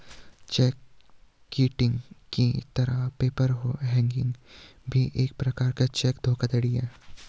check kiting की तरह paper hanging भी एक प्रकार का चेक धोखाधड़ी है